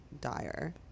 dire